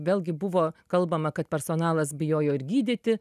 vėlgi buvo kalbama kad personalas bijojo ir gydyti